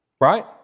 Right